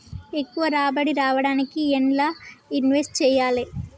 ఎక్కువ రాబడి రావడానికి ఎండ్ల ఇన్వెస్ట్ చేయాలే?